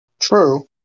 True